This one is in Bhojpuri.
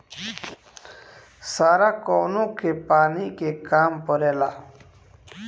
सारा कौनो के पानी के काम परेला